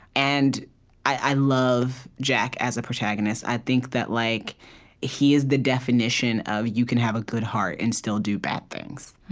and i love jack as a protagonist. i think that like he is the definition of you can have a good heart and still do bad things,